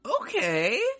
Okay